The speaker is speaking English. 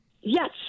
Yes